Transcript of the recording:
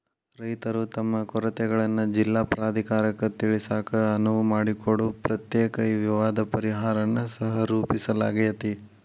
ರೈತರು ತಮ್ಮ ಕೊರತೆಗಳನ್ನ ಜಿಲ್ಲಾ ಪ್ರಾಧಿಕಾರಕ್ಕ ತಿಳಿಸಾಕ ಅನುವು ಮಾಡಿಕೊಡೊ ಪ್ರತ್ಯೇಕ ವಿವಾದ ಪರಿಹಾರನ್ನ ಸಹರೂಪಿಸಲಾಗ್ಯಾತಿ